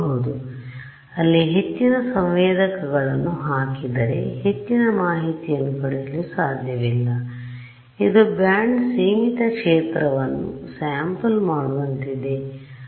ಆದ್ದರಿಂದ ಅಲ್ಲಿ ಹೆಚ್ಚಿನ ಸಂವೇದಕಗಳನ್ನು ಹಾಕಿದರೆ ಹೆಚ್ಚಿನ ಮಾಹಿತಿಯನ್ನು ಪಡೆಯಲು ಸಾಧ್ಯವಿಲ್ಲ ಇದು ಬ್ಯಾಂಡ್ ಸೀಮಿತ ಕ್ಷೇತ್ರವನ್ನು ಸ್ಯಾಂಪಲ್ ಮಾಡುವಂತಿದೆ